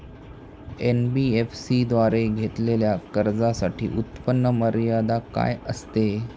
NBFC द्वारे घेतलेल्या कर्जासाठी उत्पन्न मर्यादा काय असते?